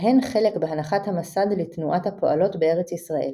להן חלק בהנחת המסד לתנועת הפועלות בארץ ישראל.